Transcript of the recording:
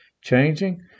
changing